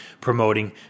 promoting